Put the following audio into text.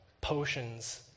potions